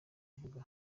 uvuga